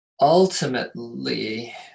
ultimately